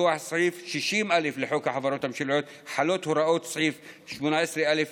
מכוח סעיף 60א לחוק החברות הממשלתיות חלות הוראות סעיף 18א1